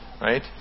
Right